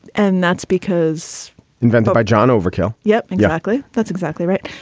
and that's because invented by john overkill. yep, exactly. that's exactly right.